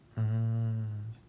mm